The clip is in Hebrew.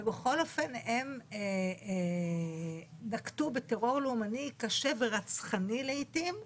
ובכל אופן הם נקטו בטרור לאומני קשה ורצחני לעתים.